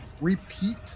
repeat